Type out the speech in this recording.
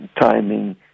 timing